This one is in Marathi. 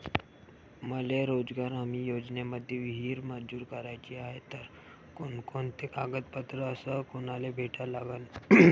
मले रोजगार हमी योजनेमंदी विहीर मंजूर कराची हाये त कोनकोनते कागदपत्र अस कोनाले भेटा लागन?